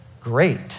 Great